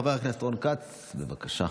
חבר הכנסת רון כץ, בבקשה.